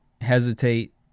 hesitate